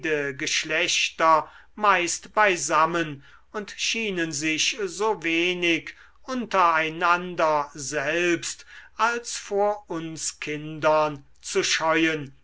geschlechter meist beisammen und schienen sich so wenig unter einander selbst als vor uns kindern zu scheuen